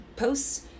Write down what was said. posts